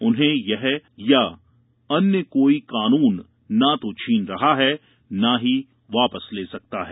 उन्हें यह या अन्य कोई कानून न तो छीन रहा है ना ही वापस ले सकता है